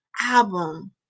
album